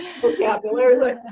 vocabulary